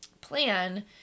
plan